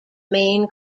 main